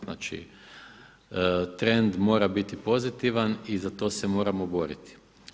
Znači trend mora biti pozitivan i za to se moramo boriti.